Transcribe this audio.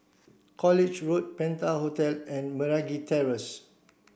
College Road Penta Hotel and Meragi Terrace